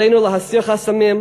עלינו להסיר חסמים,